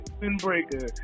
windbreaker